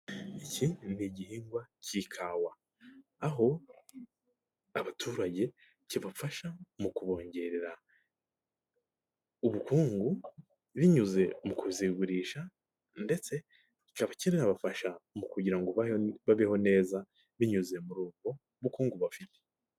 Iki ni igihingwa cy'ikawa, aho abaturage kibafasha mu kubongerera ubukungu binyuze mu kuzigurisha ndetse kikaba kinabafasha mu kugira ngo babeho neza binyuze muri ubwo bukungu bafite.